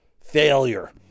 failure